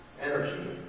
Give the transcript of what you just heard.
energy